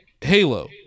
Halo